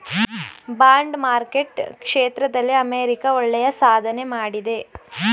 bond market ಕ್ಷೇತ್ರದಲ್ಲಿ America ಒಳ್ಳೆಯ ಸಾಧನೆ ಮಾಡಿದೆ